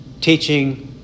teaching